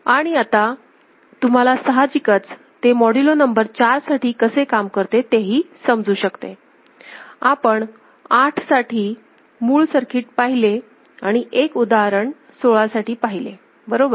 आणि आता तुम्हाला साहजिकच ते मॉड्युलो नंबर 4 साठी कसे काम करते तेही समजू शकते आपण 8 साठी मूळ सर्किट पहिले आणि एक उदाहरण 16 साठी पहिले बरोबर